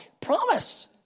Promise